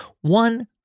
One